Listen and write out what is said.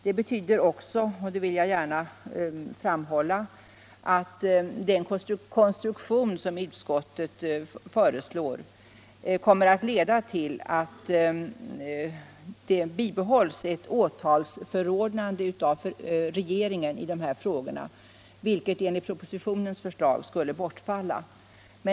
Detta betyder också —- det vill jag gärna framhålla — att den konstruktion som utskottet föreslår kommer att leda till att åtals förordnande av regeringen bibehålls i de här frågorna, något som enligt propositionens förslag skulle ha bortfallit.